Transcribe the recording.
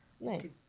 nice